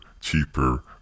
cheaper